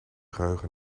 geheugen